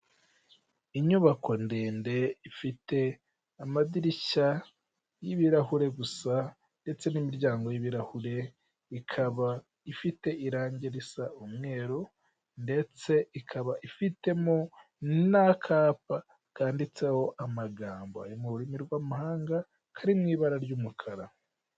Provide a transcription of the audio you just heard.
Inyubako ndende ifite amadirishya y'ibirahure gusa ndetse n'imiryango y'ibirahure, ikaba ifite irange risa umweru, ndetse ikaba ifite n'akapa kanditseho amagambo ari mu rurimi rw'amahanga, kari mu ibara ry'umukara.